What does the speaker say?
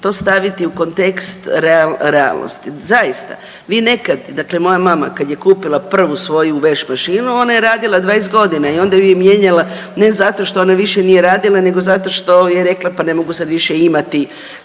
to staviti u kontekst realnosti. Zaista, vi nekad dakle moja mama kad je kupila prvu svoju veš mašinu, ona je radila 20 g. i onda ju je mijenjala ne zato što ona više nije radila nego zato što je rekla pa ne mogu sad više imati